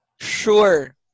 sure